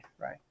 right